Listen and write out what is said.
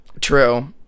True